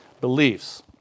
beliefs